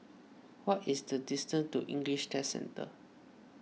what is the distance to English Test Centre